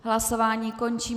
Hlasování končím.